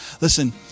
Listen